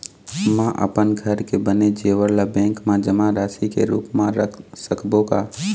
म अपन घर के बने जेवर ला बैंक म जमा राशि के रूप म रख सकबो का?